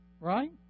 Right